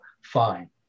fine